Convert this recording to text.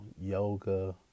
yoga